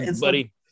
buddy